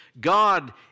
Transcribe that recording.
God